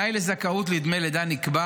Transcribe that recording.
כמו כן, כתנאי לזכאות לדמי לידה נקבע